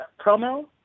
promo